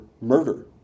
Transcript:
murder